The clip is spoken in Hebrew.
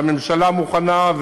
והממשלה מוכנה,